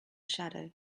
shadow